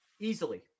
Easily